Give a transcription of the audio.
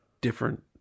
different